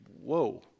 Whoa